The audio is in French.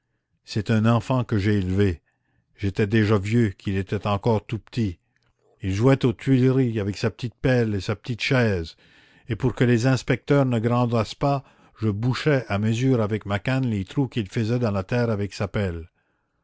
c'est un enfant que j'ai élevé j'étais déjà vieux qu'il était encore tout petit il jouait aux tuileries avec sa petite pelle et sa petite chaise et pour que les inspecteurs ne grondassent pas je bouchais à mesure avec ma canne les trous qu'il faisait dans la terre avec sa pelle